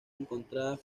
encontradas